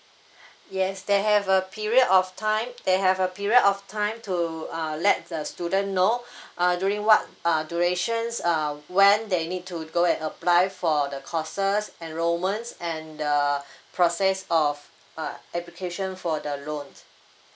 yes they have a period of time they have a period of time to uh let the student know uh during what uh durations uh when they need to go and apply for the courses enrolments and the process of uh application for the loan